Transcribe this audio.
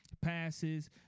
passes